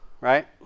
right